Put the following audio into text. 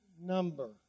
number